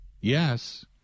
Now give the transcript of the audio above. Yes